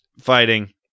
fighting